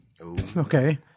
Okay